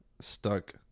stuck